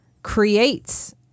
creates